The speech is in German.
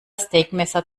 steakmesser